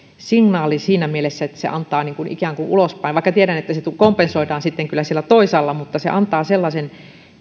signaali siinä mielessä että se antaa ulospäin vaikka tiedän että se kompensoidaan sitten kyllä siellä toisaalla sellaisen